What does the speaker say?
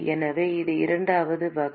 எனவே இது இரண்டாவது வகை